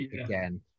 again